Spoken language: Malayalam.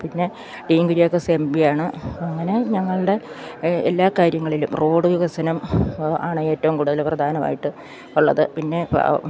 പിന്നെ ഡീൻ കുര്യാക്കോസ് എം പി ആണ് അങ്ങനെ ഞങ്ങളുടെ എല്ലാ കാര്യങ്ങളിലും റോഡ് വികസനം ആണ് ഏറ്റവും കൂടുതൽ പ്രധാനമായിട്ട് ഉള്ളത് പിന്നെ